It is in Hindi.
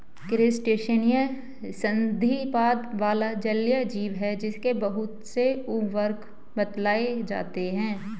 क्रस्टेशियन संधिपाद वाला जलीय जीव है जिसके बहुत से उपवर्ग बतलाए जाते हैं